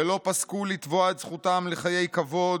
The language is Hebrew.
ולא פסקו לתבוע את זכותם לחיי כבוד,